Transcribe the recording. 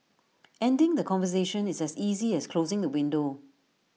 ending the conversation is as easy as closing the window